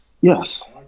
Yes